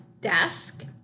desk